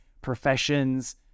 professions